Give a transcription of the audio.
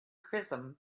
crimson